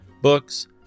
books